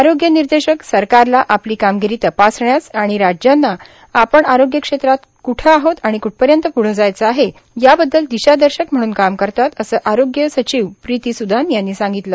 आरोग्य निर्देशक सरकारला आपली कामगिरी तपासण्यास आणि राज्यांना आपण आरोग्य क्षेत्रात कुठं आहोत आणि कुठपर्यंत प्ढं जायचं आहे याबद्दल दिशादर्शक म्हणून काम करतात असं आरोग्य सचिव प्रीती सुदान यांनी सांगितलं